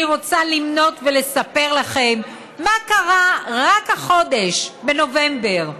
אני רוצה למנות ולספר לכם מה קרה רק החודש: בנובמבר,